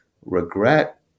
Regret